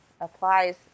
applies